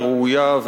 היא ראויה,